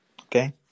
Okay